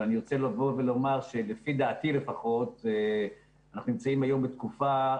אבל אני רוצה לומר שלפי דעתי לפחות אנחנו נמצאים היום בתקופה,